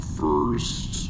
first